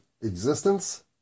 existence